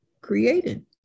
created